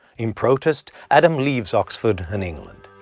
in protest, adam leaves oxford and england.